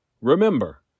Remember